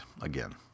Again